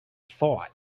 thought